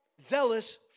zealous